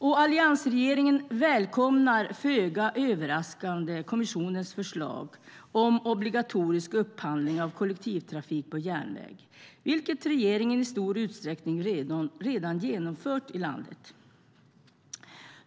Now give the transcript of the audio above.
Och alliansregeringen välkomnar, föga överraskande, kommissionens förslag om obligatorisk upphandling av kollektivtrafik på järnväg, vilket regeringen i stor utsträckning redan genomfört i landet.